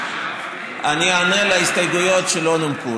אני אענה על ההסתייגויות שלא נומקו,